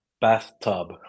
bathtub